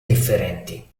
differenti